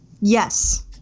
Yes